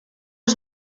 els